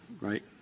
right